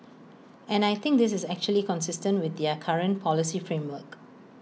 and I think this is actually consistent with their current policy framework